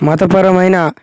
మతపరమైన